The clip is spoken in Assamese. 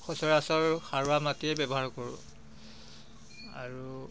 সচৰাচৰ সাৰুৱা মাটিয়েই ব্যৱহাৰ কৰোঁ আৰু